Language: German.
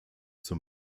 zum